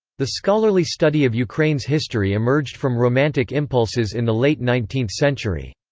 the scholarly study of ukraine's history emerged from romantic impulses in the late nineteenth century.